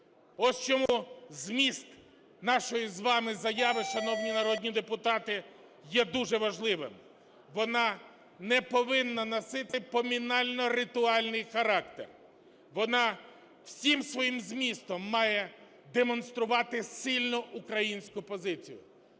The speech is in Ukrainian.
Ось чому зміст нашої з вами заяви, шановні народні депутати, є дуже важливим. Вона не повинна носити поминально-ритуальний характер, вона всім своїм змістом має демонструвати сильну українську позицію